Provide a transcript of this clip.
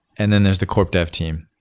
and then there's the corp dev team.